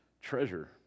treasure